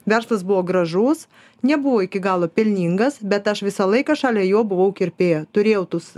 verslas buvo gražus nebuvo iki galo pelningas bet aš visą laiką šalia jo buvau kirpėja turėjau tus